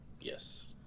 yes